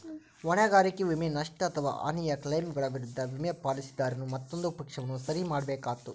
ಹೊಣೆಗಾರಿಕೆ ವಿಮೆ, ನಷ್ಟ ಅಥವಾ ಹಾನಿಯ ಕ್ಲೈಮ್ಗಳ ವಿರುದ್ಧ ವಿಮೆ, ಪಾಲಿಸಿದಾರನು ಮತ್ತೊಂದು ಪಕ್ಷವನ್ನು ಸರಿ ಮಾಡ್ಬೇಕಾತ್ತು